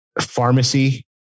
pharmacy